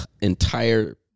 entire